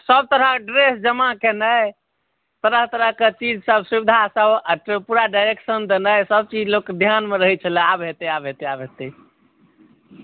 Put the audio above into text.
आ सबतरहक ड्रेस जमा केनाइ तरह तरह के चीज सब सुविधा सब आ पूरा डायरेक्शन देनाइ सबचीज लोक ध्यान मे रहै छलए आब हेतै आब हेतै आब हेतै